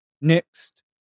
Next